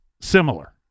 similar